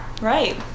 Right